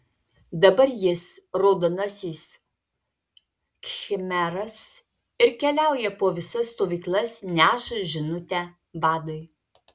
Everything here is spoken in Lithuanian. dabar jis raudonasis khmeras ir keliauja po visas stovyklas neša žinutę vadui